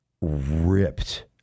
ripped